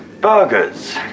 burgers